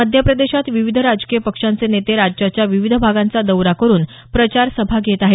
मध्यप्रदेशात विविध राजकीय पक्षांचे नेते राज्याच्या विविध भागांचा दौरा करुन प्रचार सभा घेत आहेत